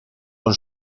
con